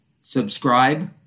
subscribe